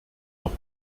noch